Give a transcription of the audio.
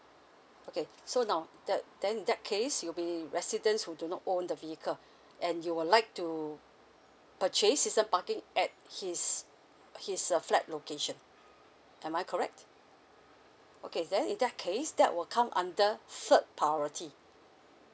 okay so now that then in that case you'll be residents who do not own the vehicle and you would like to purchase season parking at his his uh flat location am I correct okay then in that case that will come under third priority